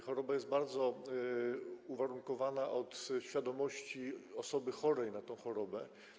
Choroba jest bardzo uwarunkowana świadomością osoby chorej na tę chorobę.